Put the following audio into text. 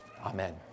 amen